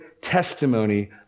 testimony